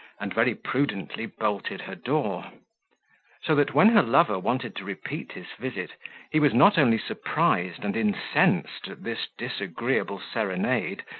and very prudently bolted her door so that when her lover wanted to repeat his visit he was not only surprised and incensed at this disagreeable serenade,